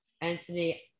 Anthony